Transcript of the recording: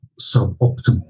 suboptimal